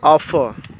off